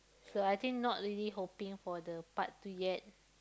so I think not really hoping for the part two yet